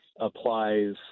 applies